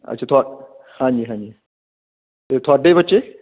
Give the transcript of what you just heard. ਅੱਛਾ ਤੁਹਾ ਹਾਂਜੀ ਹਾਂਜੀ ਅਤੇ ਤੁਹਾਡੇ ਬੱਚੇ